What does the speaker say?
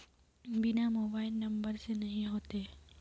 बिना mobile number से नहीं होते?